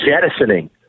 jettisoning